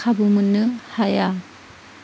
खाबु मोननो हाया